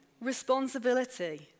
responsibility